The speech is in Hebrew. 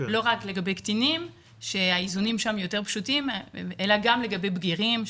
לא רק לגבי קטינים שהאיזונים שם יותר פשוטים אלא גם לגבי בגירים,